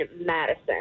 Madison